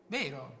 vero